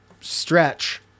stretch